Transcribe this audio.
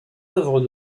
œuvres